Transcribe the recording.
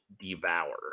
Devour